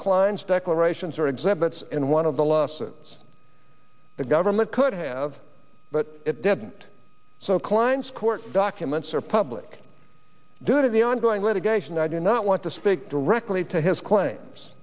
klein's declarations or exhibits in one of the losses the government could have but it didn't so klein's court documents are public due to the ongoing litigation i do not want to speak directly to his claims